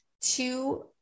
two